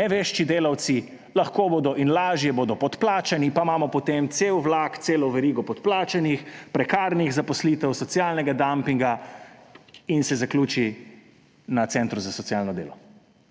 nevešči delavci, lahko bodo in lažje bodo podplačani. Pa imamo potem cel vlak, celo verigo podplačanih, prekarnih zaposlitev, socialnega dampinga in se zaključi na centru za socialno delo,